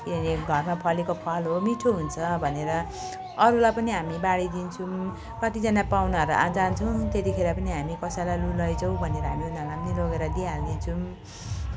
के अरे घरमा फलेको फल हो मिठो हुन्छ भनेर अरूलाई पनि हामी बाँडिदिन्छौँ कतिजना पाहुनाहरूकहाँ जान्छौँ त्यतिखेर पनि कसैलाई लु लैजाऊ भनेर हामी लगेर दिइहाली दिन्छौँ